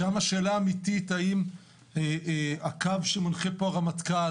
שם השאלה האמיתית אם הקו שמנחה פה הרמטכ"ל